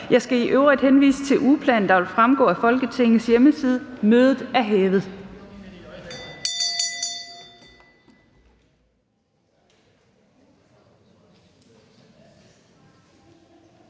Jeg skal i øvrigt henvise til ugeplanen, der vil fremgå af Folketingets hjemmeside. Mødet er hævet.